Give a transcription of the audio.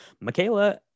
Michaela